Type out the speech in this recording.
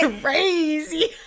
crazy